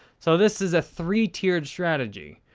so this is a three-tiered strategy.